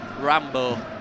Rambo